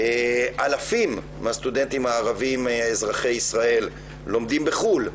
אלפים מהסטודנטים הערביים אזרחי ישראל לומדים בחו"ל,